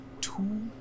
two